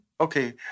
okay